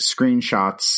screenshots